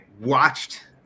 watched